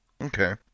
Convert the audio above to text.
Okay